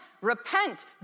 repent